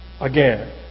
again